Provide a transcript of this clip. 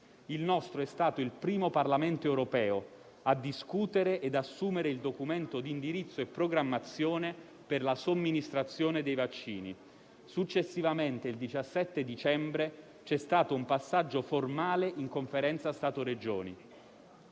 Il nostro è stato il primo Parlamento europeo a discutere e ad assumere il documento di indirizzo e programmazione per la somministrazione dei vaccini. Successivamente, il 17 dicembre c'è stato un passaggio formale in Conferenza Stato-Regioni.